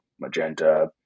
magenta